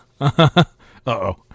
Uh-oh